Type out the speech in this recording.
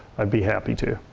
i'd be happy to.